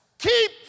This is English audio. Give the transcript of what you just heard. Keep